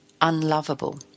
unlovable